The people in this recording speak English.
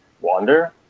Wander